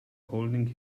holding